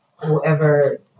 whoever